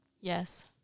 Yes